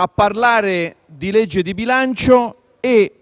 a parlare di legge di bilancio e